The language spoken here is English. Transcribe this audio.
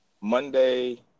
Monday